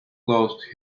closed